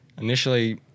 initially